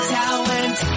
talent